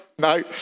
no